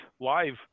live